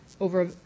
over